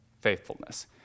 faithfulness